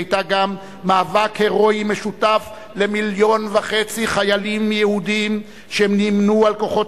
היא היתה גם מאבק הירואי משותף ל-1.5 מיליון יהודים שנמנו עם כוחות